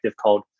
called